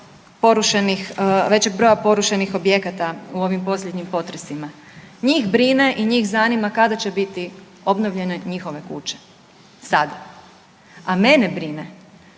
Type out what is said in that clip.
porušenih, većeg broja porušenih objekata u ovim posljednjim potresima. Njih brine i njih zanima kada će biti obnovljene njihove kuće sada. A mene brine